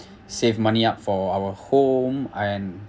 save money up for our home and